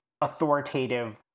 authoritative